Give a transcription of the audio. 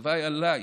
הלוואי עליי,